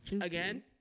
Again